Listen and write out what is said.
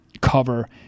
cover